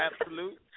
absolute